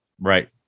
Right